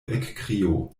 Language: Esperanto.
ekkrio